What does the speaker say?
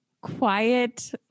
quiet